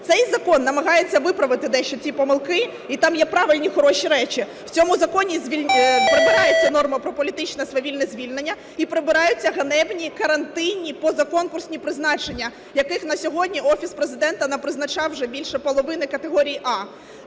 Цей закон намагається виправити дещо ці помилки, і там є правильні хороші речі. В цьому законі прибирається норма про політичне свавільне звільнення і прибираються ганебні карантинні позаконкурсні призначення, яких на сьогодні Офіс Президента напризначав уже більше половини категорії А.